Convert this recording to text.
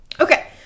Okay